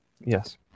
Yes